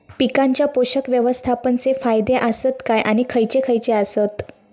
पीकांच्या पोषक व्यवस्थापन चे फायदे आसत काय आणि खैयचे खैयचे आसत?